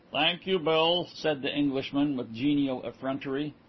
thank you, bill, said the englishman, with genial effrontery.